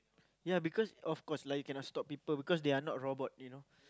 ya because of course lah you cannot stop people because they are not robots you know